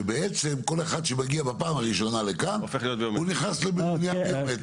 שבעצם כל אחד שמגיע בפעם הראשונה לכאן הוא נהיה ביומטרי.